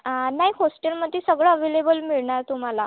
नाही होस्टेलमध्ये सगळं अव्हेलेबल मिळणार तुम्हाला